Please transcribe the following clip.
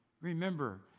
Remember